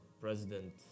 president